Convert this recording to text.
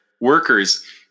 workers